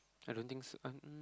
I don't think so I'm um